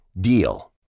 DEAL